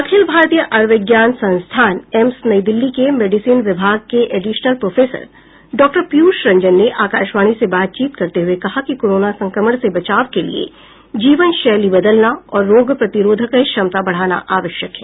अखिल भारतीय आयुर्विज्ञान संस्थान एम्स नई दिल्ली के मेडिसिन विभाग के एडिशनल प्रोफेसर डॉ पीयूष रंजन ने आकाशवाणी से बातचीत करते हुए कहा कि कोरोना संक्रमण से बचाव के लिये जीवनशैली बदलना और रोग प्रतिरोधक क्षमता बढ़ाना आवश्यक है